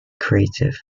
creative